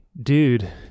dude